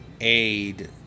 aid